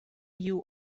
you